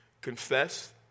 Confess